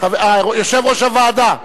אני מאוד מודה ליושב-ראש ועדת הכלכלה.